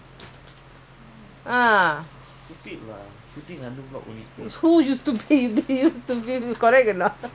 you the government already say like that then why you do it